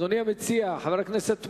אדוני המציע, חבר הכנסת מולה,